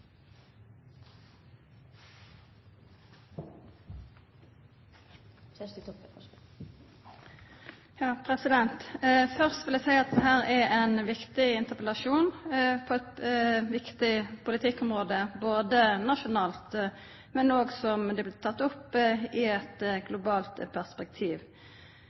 ein viktig interpellasjon på eit viktig politikkområde, både nasjonalt og, som det blei teke opp, i eit globalt perspektiv.